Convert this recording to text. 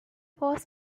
was